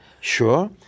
Sure